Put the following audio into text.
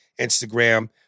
Instagram